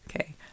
Okay